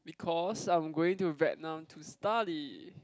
because I'm going to Vietnam to study